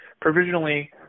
provisionally